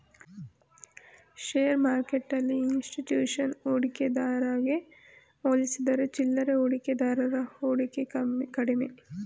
share ಮಾರ್ಕೆಟ್ಟೆಲ್ಲಿ institution ಹೂಡಿಕೆದಾರಗೆ ಹೋಲಿಸಿದರೆ ಚಿಲ್ಲರೆ ಹೂಡಿಕೆದಾರರ ಹೂಡಿಕೆ ಕಡಿಮೆ